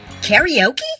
karaoke